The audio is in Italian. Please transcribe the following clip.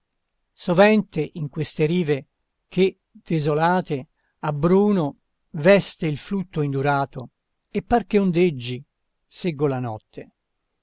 sovente in queste rive che desolate a bruno veste il flutto indurato e par che ondeggi seggo la notte